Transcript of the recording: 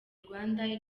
rwanda